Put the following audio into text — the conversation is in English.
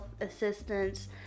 assistance